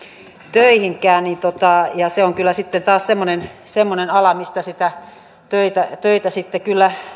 töihinkään niin se on kyllä sitten taas semmoinen semmoinen ala mistä niitä töitä sitten kyllä